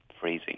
freezing